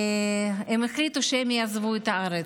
הם החליטו שהם יעזבו את הארץ.